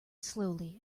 slowly